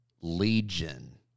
Legion